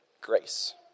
grace